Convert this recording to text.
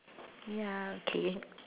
ya okay